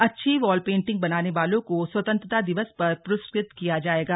अच्छी wall painting बनाने वालों को स्वतंत्रता दिवस पर पुरस्कृत किया जाएगा